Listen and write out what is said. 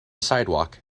sidewalk